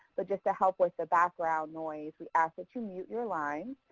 but just to help with the background noise, we ask that you mute your line,